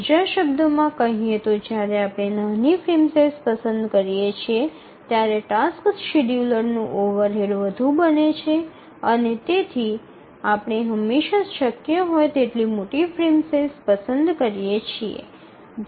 બીજા શબ્દોમાં કહીએ તો જ્યારે આપણે નાની ફ્રેમ સાઇઝ પસંદ કરીએ છીએ ત્યારે ટાસ્ક શેડ્યૂલરનું ઓવરહેડ વધુ બને છે અને તેથી અમે હંમેશાં શક્ય હોય તેટલી મોટી ફ્રેમ સાઇઝ પસંદ કરીએ છીએ